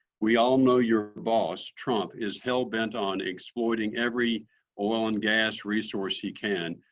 we all know your boss, trump, is hell-bent on exploiting every oil and gas resource he can,